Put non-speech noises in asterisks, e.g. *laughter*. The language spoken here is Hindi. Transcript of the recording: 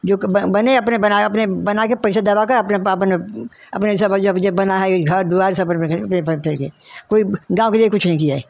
जो क बने बने अपने बनाए अपने बना के पैसा दबा के अपने अपने अपने *unintelligible* घर दुआर सब *unintelligible* कोई गाँव के लिए कुछ नहीं किया है